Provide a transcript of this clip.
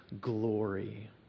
glory